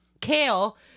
kale